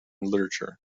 literature